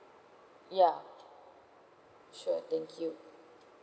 ya sure thank you